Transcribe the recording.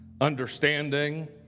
understanding